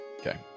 okay